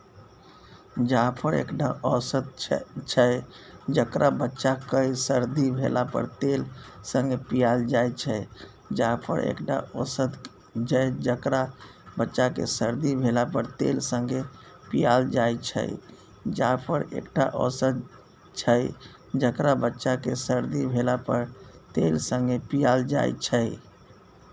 जाफर एकटा औषद छै जकरा बच्चा केँ सरदी भेला पर तेल संगे पियाएल जाइ छै